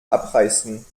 abreißen